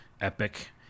epic